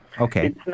Okay